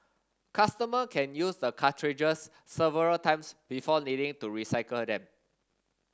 customer can use the cartridges several times before needing to recycler them